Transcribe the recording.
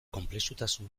konplexutasun